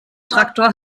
traktor